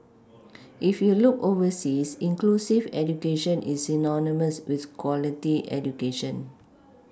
if you look overseas inclusive education is synonymous with quality education